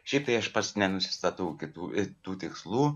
šiaip tai aš pats nenusistatau kitų tų tikslų